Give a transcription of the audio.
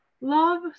Love